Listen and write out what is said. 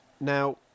Now